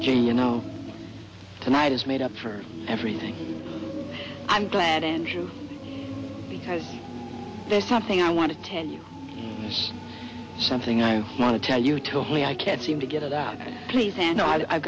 jane you know tonight is made up for everything i'm glad andrew because there's something i want to tell you something i want to tell you told me i can't seem to get it out please and i've